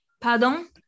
Pardon